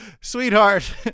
sweetheart